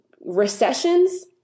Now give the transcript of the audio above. recessions